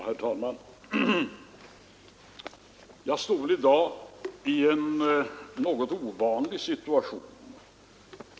Herr talman! Jag står väl i dag i en något ovanlig situation.